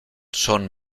son